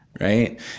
right